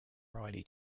riley